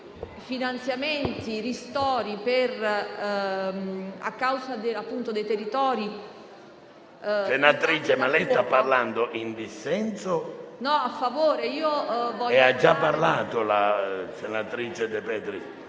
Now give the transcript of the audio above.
senatrice De Petris